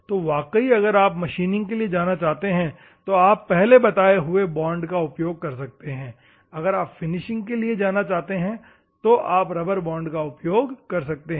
तो वाकई अगर आप मशीनिंग के लिए जाना चाहते हैं तो आप पहले बताए हुए बॉन्ड को उपयोग कर सकते हैं और अगर आप फिनिश के लिए जाना चाहते हैं आप रबर बॉन्ड का उपयोग कर सकते हैं